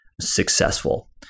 successful